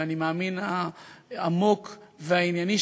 ואני מאמין שהעמוק והענייני,